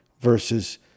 Versus